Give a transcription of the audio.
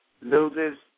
loses